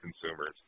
consumers